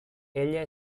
ella